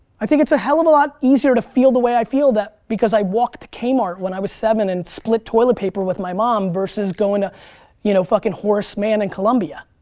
i think it's a hell of a lot easier to feel the way i feel that, because i walked k-mart when i was seven and split toilet paper with my mom versus going to you know fucking horace mann in columbia.